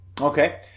Okay